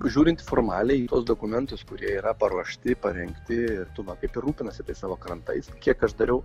žiūrint formaliai tuos dokumentus kurie yra paruošti parengti lietuva kaip rūpinasi savo krantais kiek aš dariau